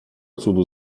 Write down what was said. cudu